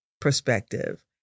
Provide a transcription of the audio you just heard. perspective